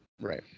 Right